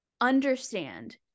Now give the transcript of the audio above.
understand